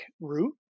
root